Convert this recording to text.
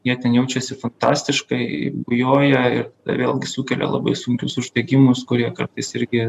jie ten jaučiuosi fantastiškai bujoja ir vėlgi sukelia labai sunkius uždegimus kurie kartais irgi